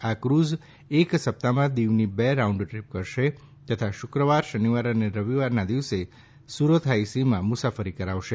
આ ક્રૂઝ એક સપ્તાહમાં દીવની બે રાઉન્ડ દ્રીપ કરશે તથા શુક્રવાર શનિવાર અને રવિવારના દિવસે સુરત હાઇ સીમાં મુસાફરી કરાવશે